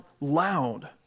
loud